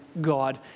God